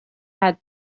had